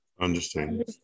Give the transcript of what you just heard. understand